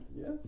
Yes